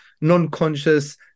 non-conscious